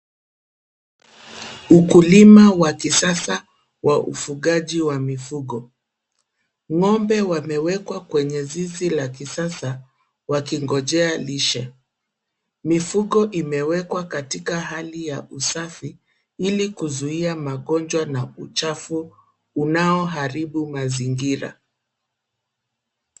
Ukulima wa kisasa wa ufugaji wa mifugo.Ng'ombe wameweka kwenye zizi la kisasa wakingojea lishe. Mifuko imewekwa katika hali ya usafi ili kuzuia magonjwa na uchafu unaoharibu mazingira.